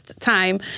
time